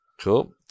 Cool